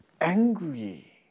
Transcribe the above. angry